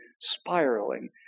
spiraling